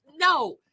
no